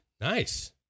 Nice